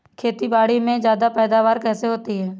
खेतीबाड़ी में ज्यादा पैदावार कैसे होती है?